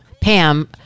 Pam